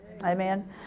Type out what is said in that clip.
Amen